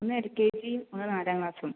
ഒന്ന് എൽ കെ ജിയും ഒന്ന് നാലാം ക്ലാസ്സും